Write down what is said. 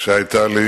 שהיתה לי,